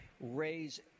raise